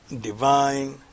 divine